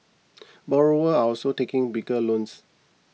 borrowers are also taking bigger loans